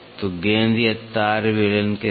तो गेंद या तार बेलन के साथ